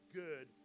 good